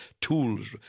tools